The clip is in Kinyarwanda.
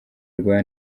rwa